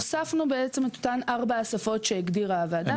הוספנו את אותן ארבע השפות שהגדירה הוועדה.